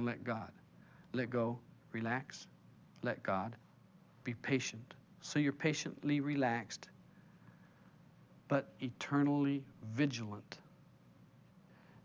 and let god let go relax let god be patient so you're patiently relaxed but eternally vigilant